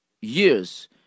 years